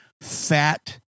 fat